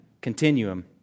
continuum